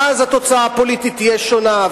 ואז התוצאה הפוליטית תהיה שונה.